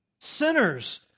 sinners